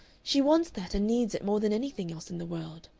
she wants that and needs it more than anything else in the world.